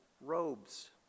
robes